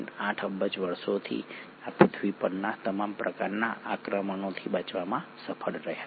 8 અબજ વર્ષોથી આ પૃથ્વી પરના તમામ પ્રકારના આક્રમણોથી બચવામાં સફળ રહ્યા છે